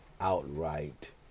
outright